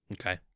Okay